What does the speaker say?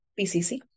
PCC